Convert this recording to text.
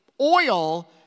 oil